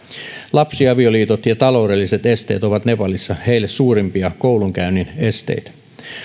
lapsiavioliitot ja taloudelliset esteet ovat nepalissa heille suurimpia koulunkäynnin esteitä